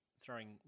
throwing